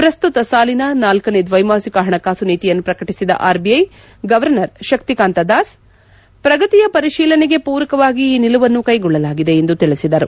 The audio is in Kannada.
ಪ್ರಸ್ತುತ ಸಾಲಿನ ನಾಲ್ಲನೇ ದ್ವೈಮಾಸಿಕ ಹಣಕಾಸು ನೀತಿಯನ್ನು ಪ್ರಕಟಿಸಿದ ಆರ್ಬಿಐ ಗವರ್ನರ್ ಶಕ್ತಿಕಾಂತ ದಾಸ್ ಪ್ರಗತಿಯ ಪರಿಶೀಲನೆಗೆ ಪೂರಕವಾಗಿ ಈ ನಿಲುವನ್ನು ಕೈಗೊಳ್ಳಲಾಗಿದೆ ಎಂದು ತಿಳಿಸಿದರು